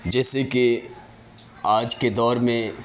جیسے کہ آج کے دور میں